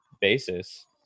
basis